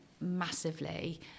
massively